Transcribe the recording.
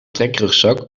trekrugzak